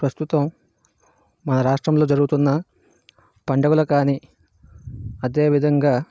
ప్రస్తుతం మన రాష్ట్రంలో జరుగుతున్న పండుగలు కానీ అదేవిధంగా